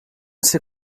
ser